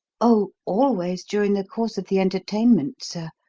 oh, always during the course of the entertainment, sir.